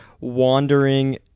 wandering